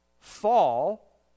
fall